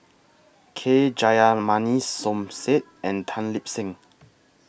K Jayamani Som Said and Tan Lip Seng